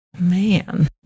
Man